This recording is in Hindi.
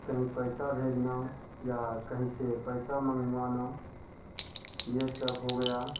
कहीं पैसा भेजना या कहीं पैसा मंगवाना ये सब हो गया